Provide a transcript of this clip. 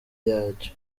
yacyo